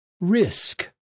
risk